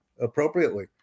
appropriately